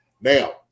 Now